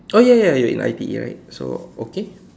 oh ya ya you're in I_T_E right so okay